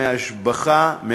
מהשבחה,